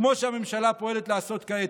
כמו שהממשלה פועלת לעשות כעת.